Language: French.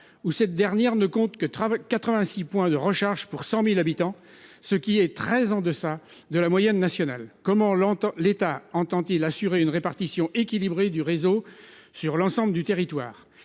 où cette dernière ne compte que trois 86 points de recharge pour 100.000 habitants, ce qui est très en deçà de la moyenne nationale. Comment l'entend l'État entend-il assurer une répartition équilibrée du réseau sur l'ensemble du territoire,